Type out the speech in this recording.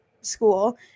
school